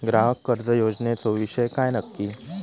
ग्राहक कर्ज योजनेचो विषय काय नक्की?